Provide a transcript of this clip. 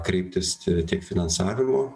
kreiptis tiek finansavimo